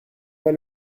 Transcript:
pas